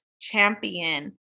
champion